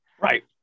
right